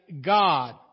God